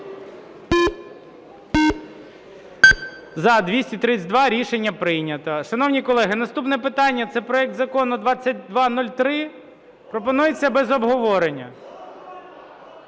За-232 Рішення прийнято. Шановні колеги, наступне питання – це проект Закону 2203. Пропонується без обговорення.